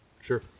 Sure